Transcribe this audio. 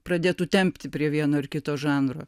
pradėtų tempti prie vieno ar kito žanro